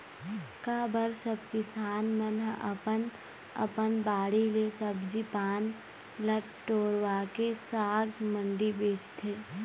का बर सब किसान मन ह अपन अपन बाड़ी ले सब्जी पान ल टोरवाके साग मंडी भेजथे